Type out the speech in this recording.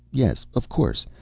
yes, of course.